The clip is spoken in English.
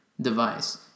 device